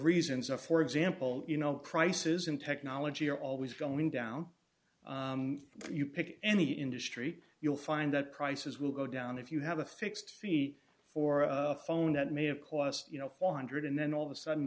reasons if for example you know prices in technology are always going down you pick any industry you'll find that prices will go down if you have a fixed fee for a phone that may have cost you know four hundred dollars and then all of a sudden